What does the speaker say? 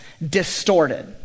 Distorted